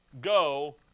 Go